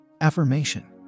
Affirmation